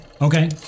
Okay